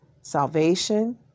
salvation